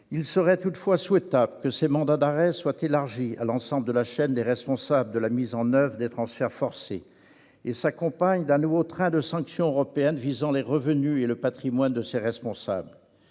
Il serait toutefois souhaitable que ces mandats d'arrêt soient élargis à l'ensemble de la chaîne des responsables de la mise en oeuvre des transferts forcés et s'accompagnent d'un nouveau train de sanctions européennes visant les revenus et le patrimoine de ces responsables.